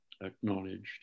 acknowledged